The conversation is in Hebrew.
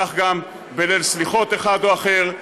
וכך גם בליל סליחות אחד או אחר,